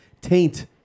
Taint